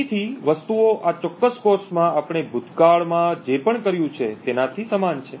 અહીંથી વસ્તુઓ આ ચોક્કસ કોર્સમાં આપણે ભૂતકાળમાં જે પણ કર્યું છે તેનાથી સમાન છે